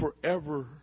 forever